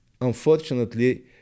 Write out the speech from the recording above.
unfortunately